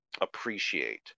appreciate